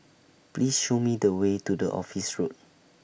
Please Show Me The Way to The Office Road